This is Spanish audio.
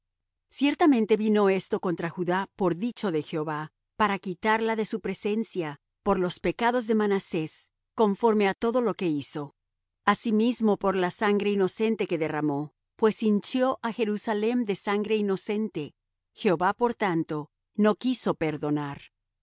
ciertamente vino esto contra judá por dicho de jehová para quitarla de su presencia por los pecados de manasés conforme á todo lo que hizo asimismo por la sangre inocente que derramó pues hinchió á jerusalem de sangre inocente jehová por tanto no quiso perdonar